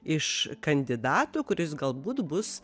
iš kandidatų kuris galbūt bus